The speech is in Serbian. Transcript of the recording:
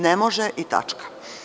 Ne može i tačka.